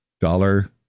Dollar